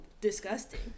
disgusting